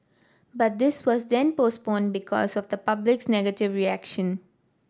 but this was then postponed because of the public's negative reaction